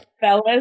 Fellas